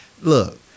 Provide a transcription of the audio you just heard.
look